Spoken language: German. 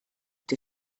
der